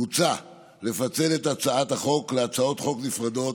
מוצע לפצל את הצעת החוק להצעות חוק נפרדות,